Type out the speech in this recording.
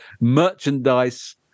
merchandise